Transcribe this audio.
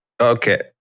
Okay